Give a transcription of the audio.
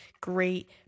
great